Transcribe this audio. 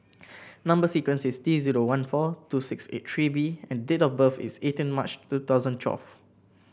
number sequence is T zero one four two six eight three B and date of birth is eighteen March two thousand twelve